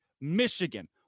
Michigan